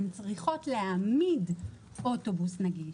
הן צריכות להעמיד אוטובוס נגיש.